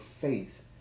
faith